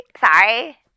sorry